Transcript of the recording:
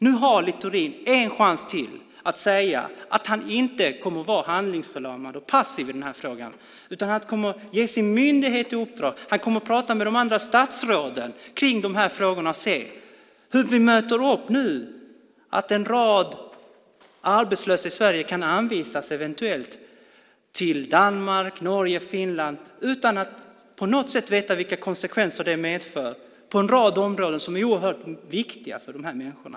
Nu har Littorin en chans till att säga att han inte kommer att vara handlingsförlamad och passiv i den här frågan utan att han kommer att ge uppdrag till sin myndighet och prata med de andra statsråden kring de här frågorna och se hur vi möter upp nu att en rad arbetslösa i Sverige kan anvisas till Danmark, Norge och Finland utan att på något sätt veta vilka konsekvenser det medför på en rad områden som är oerhört viktiga för de människorna.